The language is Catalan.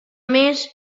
més